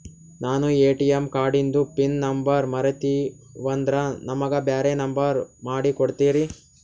ನಾನು ಎ.ಟಿ.ಎಂ ಕಾರ್ಡಿಂದು PIN number ಮರತೀವಂದ್ರ ನಮಗ ಬ್ಯಾರೆ ನಂಬರ್ ಮಾಡಿ ಕೊಡ್ತೀರಿ?